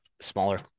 smaller